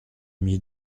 mis